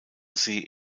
see